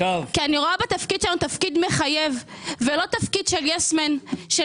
כי אני רואה בתפקיד שלנו מחייב ולא של יס מן של